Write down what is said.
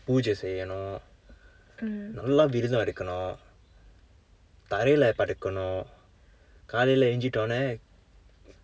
பூஜை செய்யணும் நல்ல விரதம் இருக்குனும் தரையில படுக்குனும் காலையில் எழுந்திரித்தவுடன்:puujai seyyanum nalla viratham irukkunum tharayil padukunuum kalaiyil elunthiruthavudan